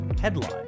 headline